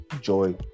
Joy